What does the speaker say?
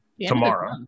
tomorrow